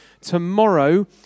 Tomorrow